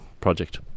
project